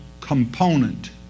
component